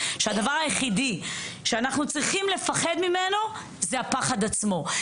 שהדבר היחיד שאנחנו צריכים לפחד ממנו הוא הפחד עצמו.